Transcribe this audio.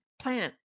plant